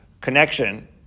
connection